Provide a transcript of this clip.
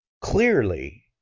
Clearly